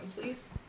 please